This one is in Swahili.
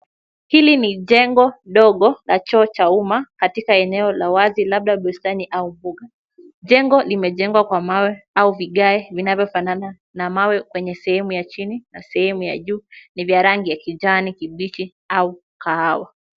Hili ni jengo ndogo la choo cha umma katika eneo wazi labda bustani au mbuga. Jengo limejengwa kwa mawe au vigae vinavyofanana na mawe kwenye sehemu ya chini na sehemu ya juu. Ni vya rangi ya kijani kibichi au kahawa.